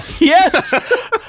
Yes